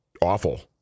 awful